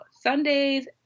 Sundays